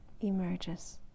emerges